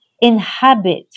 inhabit